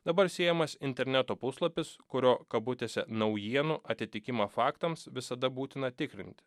dabar siejamas interneto puslapis kurio kabutėse naujienų atitikimą faktams visada būtina tikrinti